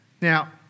Now